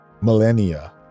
Millennia